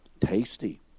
tasty